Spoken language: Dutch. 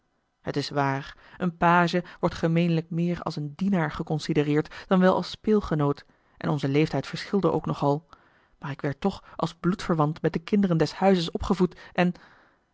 het is waar een page wordt gemeenlijk meer als een dienaar geconsidereerd dan wel als speelgenoot en onze leeftijd verschilde ook nog al maar ik werd toch als bloedverwant met de kinderen des huizes opgevoed en